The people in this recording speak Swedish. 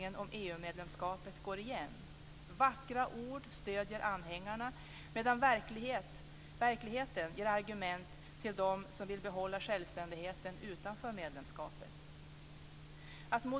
EU-medlemskapet går igen: Vackra ord stöder anhängarna medan verkligheten ger argument till dem som vill behålla självständigheten utanför medlemskapet.